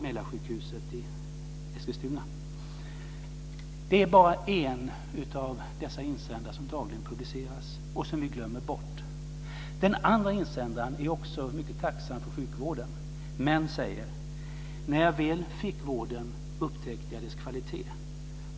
Detta är bara en av dessa insändare som dagligen publiceras och vi glömmer bort. I den andra insändaren är man också mycket tacksam för sjukvården, men säger att när man väl fick vården upptäckte man dess kvalitet.